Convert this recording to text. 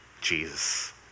Jesus